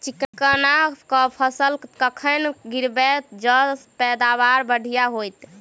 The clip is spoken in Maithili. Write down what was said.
चिकना कऽ फसल कखन गिरैब जँ पैदावार बढ़िया होइत?